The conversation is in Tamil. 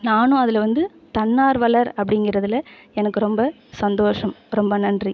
நான் அதில் வந்து தன்னார்வலர் அப்படிங்கறதில் எனக்கு ரொம்ப சந்தோஷம் ரொம்ப நன்றி